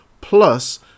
plus